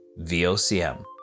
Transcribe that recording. VOCM